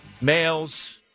males